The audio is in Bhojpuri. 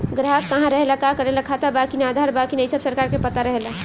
ग्राहक कहा रहेला, का करेला, खाता बा कि ना, आधार बा कि ना इ सब सरकार के पता रहेला